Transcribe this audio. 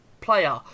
player